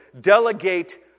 delegate